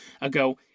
ago